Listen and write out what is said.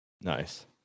Nice